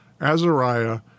Azariah